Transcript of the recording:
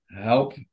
help